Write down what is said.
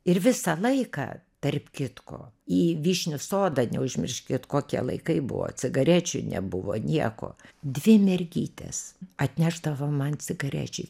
ir visą laiką tarp kitko į vyšnių sodą neužmirškit kokie laikai buvo cigarečių nebuvo nieko dvi mergytės atnešdavo man cigarečių